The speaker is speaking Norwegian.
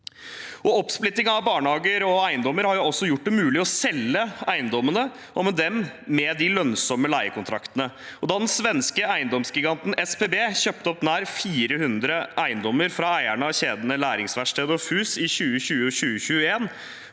Oppsplitting av barnehager og eiendommer har også gjort det mulig å selge eiendommene, og med dem de lønnsomme leiekontraktene. Da den svenske eiendomsgiganten SBB kjøpte opp nær 400 eiendommer fra eierne av kjedene Læringsverkstedet og FUS i 2020 og 2021,